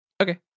Okay